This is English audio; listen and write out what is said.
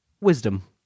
Wisdom